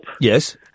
Yes